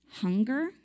Hunger